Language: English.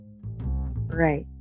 right